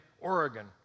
Oregon